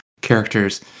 characters